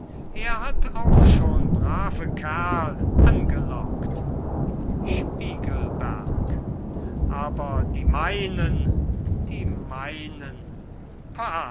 er hat auch schon brave kerl angelockt spiegelberg aber die meinen die meinen